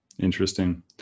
Interesting